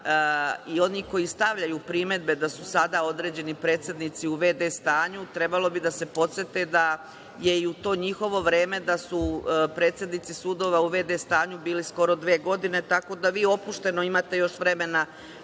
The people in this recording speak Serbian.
i oni koji stavljaju primedbe da su sada određeni predsednici u v.d. stanju trebalo bi da se podsete da su, u to njihovo vreme, predsednici sudova u v.d. stanju bili skoro dve godine, tako da vi opušteno imate još vremena